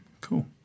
Cool